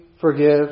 forgive